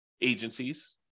agencies